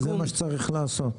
זה מה שצריך לעשות.